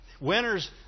Winners